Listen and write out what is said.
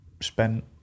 spent